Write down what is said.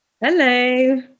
Hello